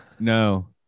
No